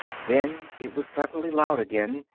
then it was suddenly loud again,